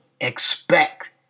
expect